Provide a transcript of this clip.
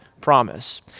promise